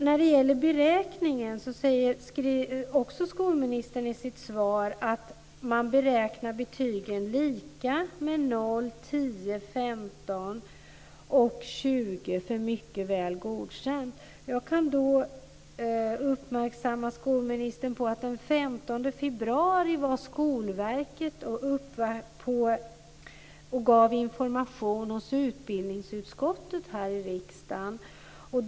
När det gäller beräkningen skriver skolministern i sitt svar att man beräknar betygen lika med 0, 10, 15 och 20 för Mycket väl godkänd. Jag kan då uppmärksamma skolministern på att den 15 februari var Skolverket här och gav oss information i utbildningsutskottet.